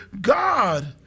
God